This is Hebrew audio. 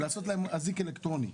לעשות להם אזיק אלקטרוני.